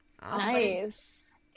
Nice